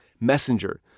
Messenger